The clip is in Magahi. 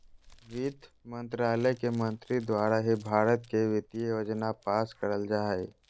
वित्त मन्त्रालय के मंत्री द्वारा ही भारत के वित्तीय योजना पास करल जा हय